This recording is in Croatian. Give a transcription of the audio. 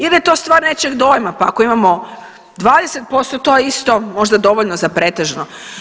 Ili je to stvar nečijeg dojma, pa ako imamo 20%, to je isto možda dovoljno za pretežno.